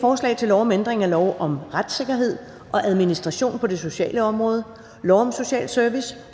Forslag til lov om ændring af lov om retssikkerhed og administration på det sociale område, lov om social service